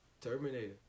Terminator